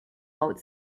boat